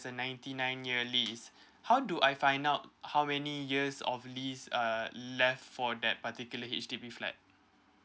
a ninety nine yearly how do I find out how many years of lease uh left for that particular H_D_B flat